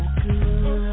good